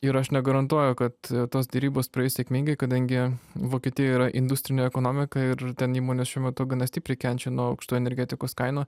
ir aš negarantuoju kad tos derybos praeis sėkmingai kadangi vokietijoj yra industrinė ekonomika ir ten įmonės šiuo metu gana stipriai kenčia nuo aukštų energetikos kainų